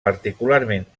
particularment